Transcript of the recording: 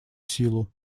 силу